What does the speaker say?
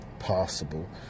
possible